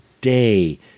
day